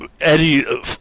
Eddie